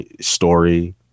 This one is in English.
story